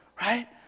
Right